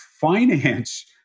finance